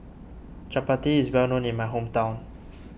Chapati is well known in my hometown